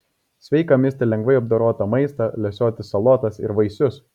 sveika misti lengvai apdorotą maistą lesioti salotas ir vaisius